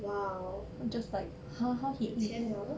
!wow! 有钱了 lor